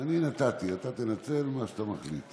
אני נתתי, אתה תנצל מה שאתה מחליט.